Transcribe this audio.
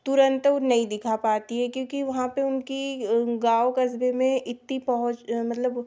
तुरंत वह नहीं दिखा पाती है क्योंकि वहाँ पर उनकी गाँव कस्बे में इतनी पहुँच मतलब